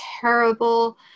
terrible